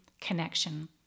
connection